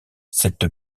cette